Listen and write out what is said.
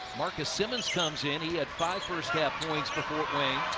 marcus simmons comes in. had five first half points for fort wayne.